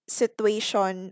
situation